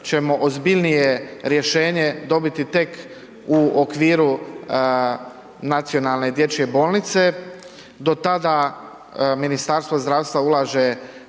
ćemo ozbiljnije rješenje dobiti tek u okviru Nacionalne dječje bolnice. Do tada, Ministarstvo zdravstva ulaže